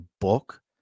book